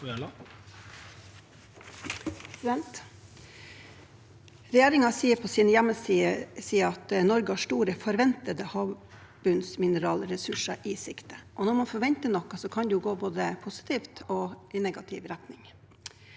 Regjeringen skriver på sin hjemmeside at Norge har store forventede havbunnsmineralressurser i sikte. Når man forventer noe, kan det jo gå både i positiv og i negativ retning.